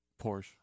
Porsche